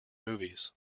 movies